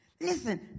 Listen